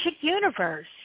Universe